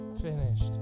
finished